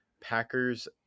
Packers